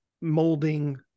molding